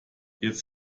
jetzt